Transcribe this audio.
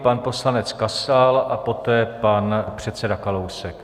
Pan poslanec Kasal a poté pan předseda Kalousek.